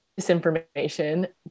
disinformation